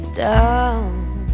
down